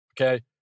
okay